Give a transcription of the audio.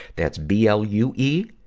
that's b l u e,